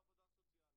בעניין מיצוי זכויות.